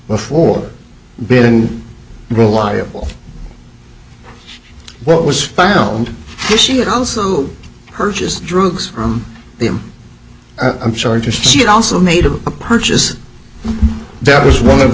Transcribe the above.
before been reliable what was found this year also who purchased drugs from him i'm sorry to see it also made a purchase that was one of